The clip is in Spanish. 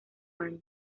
año